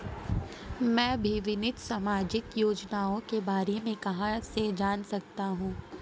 मैं विभिन्न सामाजिक योजनाओं के बारे में कहां से जान सकता हूं?